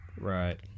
right